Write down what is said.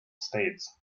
states